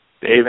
Dave